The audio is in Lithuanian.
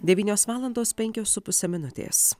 devynios valandos penkios su puse minutės